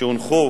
שהונחו